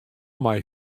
mei